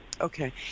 Okay